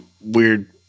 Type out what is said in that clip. weird